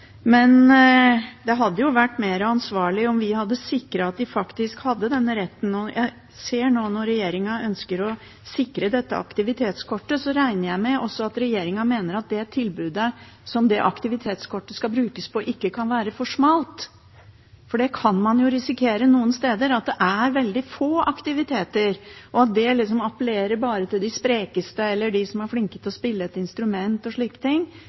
men det hadde vært mer ansvarlig om vi hadde sikret at de faktisk hadde denne retten. Når regjeringen nå ønsker å sikre aktivitetskortet, regner jeg også med at den mener at det tilbudet som det aktivitetskortet skal brukes på, ikke kan være for smalt. For kan man jo risikere at det noen steder er veldig få aktiviteter, og at det appellerer bare til de sprekeste eller til dem som er flinke til å spille et instrument og slike ting.